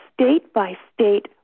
state-by-state